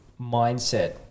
Mindset